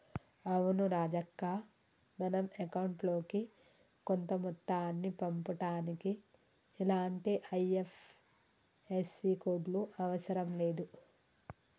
అవును రాజక్క మనం అకౌంట్ లోకి కొంత మొత్తాన్ని పంపుటానికి ఇలాంటి ఐ.ఎఫ్.ఎస్.సి కోడ్లు అవసరం లేదు